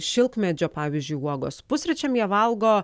šilkmedžio pavyzdžiui uogos pusryčiam jie valgo